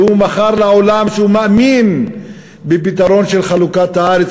והוא מכר לעולם שהוא מאמין בפתרון של חלוקת הארץ,